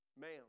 Ma'am